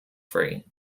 free